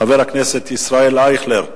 חבר הכנסת ישראל אייכלר,